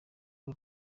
uru